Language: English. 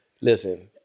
Listen